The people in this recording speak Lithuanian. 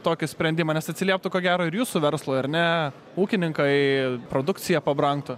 tokį sprendimą nes atsilieptų ko gero ir jūsų verslui ar ne ūkininkai produkcija pabrangtų